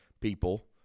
people